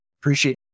Appreciate